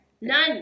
none